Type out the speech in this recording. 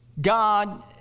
God